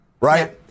Right